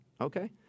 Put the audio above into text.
okay